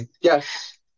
yes